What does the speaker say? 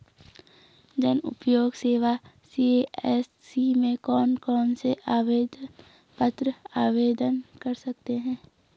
जनउपयोगी सेवा सी.एस.सी में कौन कौनसे आवेदन पत्र आवेदन कर सकते हैं?